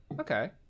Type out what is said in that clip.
Okay